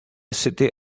city